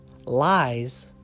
Lies